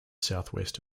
southwest